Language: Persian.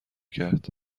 کرد